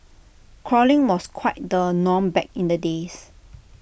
crawling was quite the norm back in the days